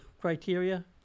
criteria